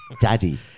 Daddy